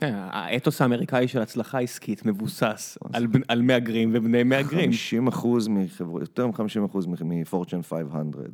האתוס האמריקאי של הצלחה עסקית מבוסס על מהגרים ובני מאגרים. - 50 אחוז, יותר מ-50 אחוז מ- fortune 500.